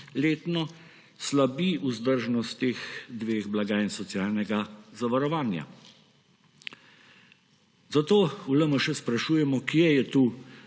slabi vzdržnost teh dveh blagajn socialnega zavarovanja. Zato v LMŠ sprašujemo, kje je tu